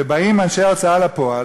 ובאים אנשי ההוצאה לפועל,